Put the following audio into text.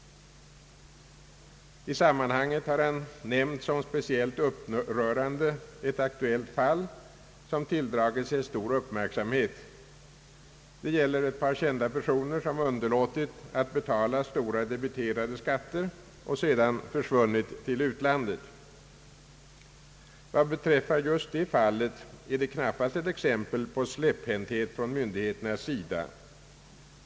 I sammanhanget har han nämnt som speciellt upprörande ett aktuellt fall, som tilldragit sig större uppmärksamhet. Det gäller ett par kända personer, som underlåtit att betala stora debiterade skatter och sedan försvunnit till utlandet. Vad beträffar just detta fall är det knappast ett exempel på släpphänthet från myndigheternas sida.